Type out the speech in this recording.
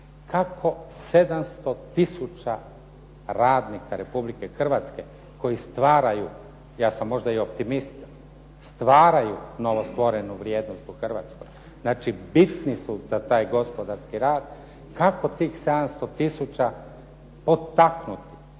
kako 700 tisuća radnika Republike Hrvatske koji stvaraju, ja sam možda i optimist, novostvorenu vrijednost u Hrvatskoj, znači bitni su za taj gospodarski rad. Kako tih 700 tisuća potaknuti,